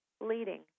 leading